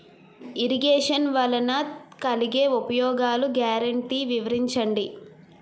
Irrigation వలన కలిగే ఉపయోగాలు గ్యారంటీ వివరించండి?